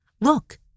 look